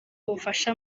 ubufasha